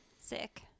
sick